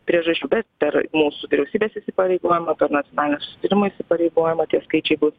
priežasčių bet per mūsų vyriausybės įsipareigojimą per nacionalinio susitarimo įsipareigojimą tie skaičiai bus